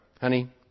Honey